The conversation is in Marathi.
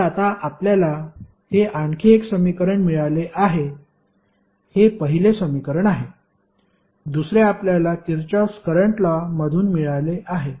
तर आता आपल्याला हे आणखी एक समीकरण मिळाले आहे हे पहिले समीकरण आहे दुसरे आपल्याला किरचॉफ करंट लॉ मधून मिळाले आहे